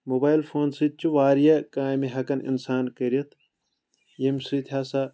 mobile phone سۭتۍ چھُ واریاہ کامی ہٮ۪کان اِنسان کٔرِتھ ییٚمہِ سۭتۍ ہسا